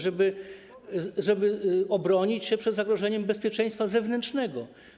żeby obronić się przed zagrożeniem bezpieczeństwa zewnętrznego.